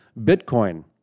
Bitcoin